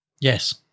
yes